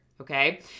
Okay